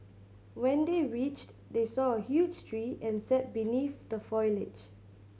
when they reached they saw a huge tree and sat beneath the foliage